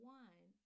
one